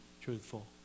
truthful